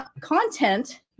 content